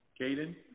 Caden